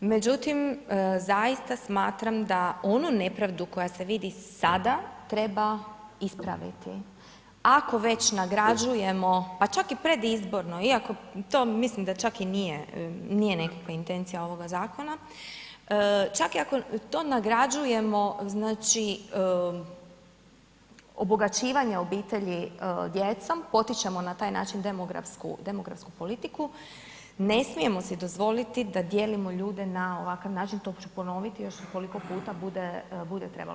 Međutim, zaista smatram da onu nepravdu koja se vidi sada treba ispraviti, ako već nagrađujemo, pa čak i predizborno, iako to mislim da čak i nije, nije nekakva intencija ovoga zakona, čak i ako to nagrađujemo obogaćivanje obitelji djecom, potičemo na taj način demografsku, demografsku politiku, ne smijemo si dozvoliti da dijelimo ljude na ovakav način to ću ponoviti još koliko puta bude, bude trebalo.